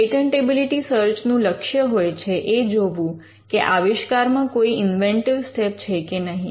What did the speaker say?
patentability search નું લક્ષ્ય હોય છે એ જોવું કે આવિષ્કારમાં કોઈ ઇન્વેન્ટિવ સ્ટેપ છે કે નહીં